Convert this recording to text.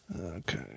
Okay